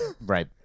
Right